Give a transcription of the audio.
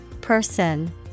Person